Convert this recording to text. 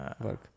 work